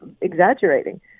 exaggerating